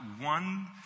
one